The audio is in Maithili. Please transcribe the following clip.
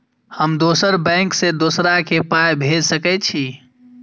हम दोसर बैंक से दोसरा के पाय भेज सके छी?